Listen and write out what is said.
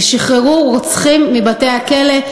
ושחררו רוצחים מבתי-הכלא,